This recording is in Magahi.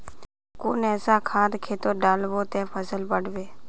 कुन ऐसा खाद खेतोत डालबो ते फसल बढ़बे?